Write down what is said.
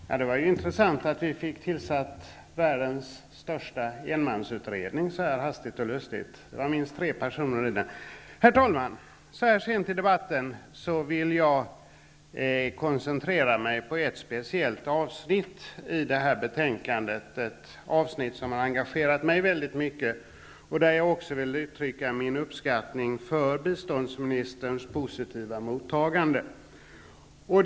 Herr talman! Det var ju intressant att vi hastigt och lustigt fick tillsatt världens största enmansutredning. Det var minst tre personer i den. Herr talman! Så här sent i debatten vill jag koncentrera mig på ett speciellt avsnitt, ett avsnitt som har engagerat mig väldigt mycket, och uttrycka min uppskattning för det positiva mottagande förslaget fick av biståndsministern.